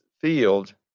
field